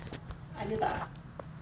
ada tak